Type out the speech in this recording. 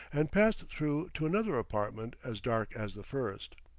and passed through to another apartment as dark as the first.